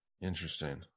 Interesting